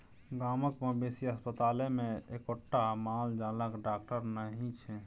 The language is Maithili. गामक मवेशी अस्पतालमे एक्कोटा माल जालक डाकटर नहि छै